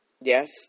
Yes